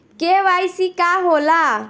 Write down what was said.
KYC का होला?